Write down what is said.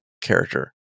character